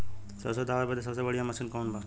सरसों दावे बदे सबसे बढ़ियां मसिन कवन बा?